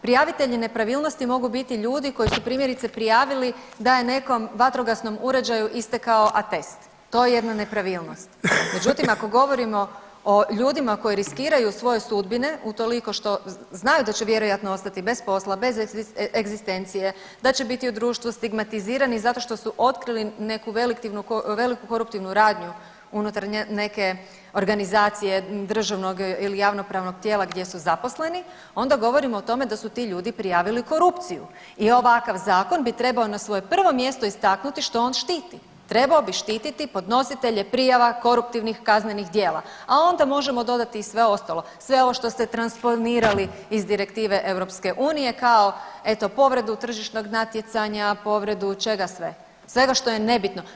Prijavitelji nepravilnosti mogu biti ljudi koji su primjerice prijavili da je nekom vatrogasnom uređaju istekao atest, to je jedna nepravilnost, međutim ako govorimo o ljudima koji riskiraju svoje sudbine utoliko što znaju da će vjerojatno ostati bez posla, bez egzistencije, da će biti u društvu stigmatiziran i zato što su otkrili neku veliku koruptivnu radnju unutar neke organizacije državnog ili javnopravnog tijela gdje su zaposleni, onda govorimo o tome da su ti ljudi prijavili korupciju i ovakav zakon bi trebao na svoje prvo mjesto istaknuti što on štiti, trebao bi štititi podnositelje prijava koruptivnih kaznenih djela, a onda možemo dodati i sve ostalo, sve ovo što ste transponirali iz direktive EU, kao eto povredu tržišnog natjecanja, povredu čega sve, svega što je nebitno.